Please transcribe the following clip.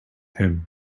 him